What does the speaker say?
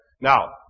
Now